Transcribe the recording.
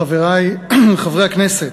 חברי חברי הכנסת,